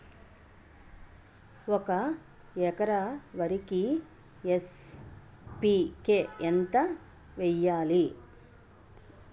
ఒక ఎకర వరికి ఎన్.పి కే ఎంత వేయాలి?